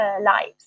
lives